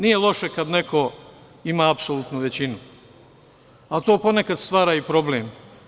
Nije loše kada neko ima apsolutnu većinu, ali to ponekad stvara i problem.